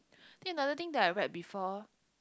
think another thing that I read before